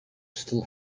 still